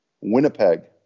Winnipeg